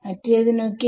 മറ്റേതിനൊക്കെ